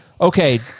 Okay